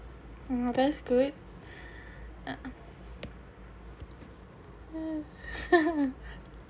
mm that's good ah